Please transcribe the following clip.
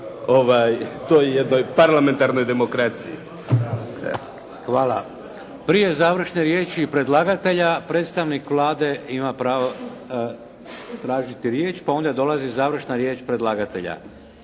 toj jednoj parlamentarnoj demokraciji. **Šeks, Vladimir (HDZ)** Prije završne riječi predlagatelja, predstavnik Vlade ima pravo tražiti riječ pa onda dolazi završna riječ predlagatelja.